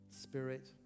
spirit